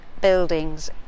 buildings